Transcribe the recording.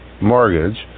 mortgage